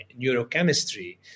neurochemistry